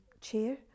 chair